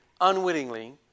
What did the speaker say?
unwittingly